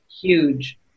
huge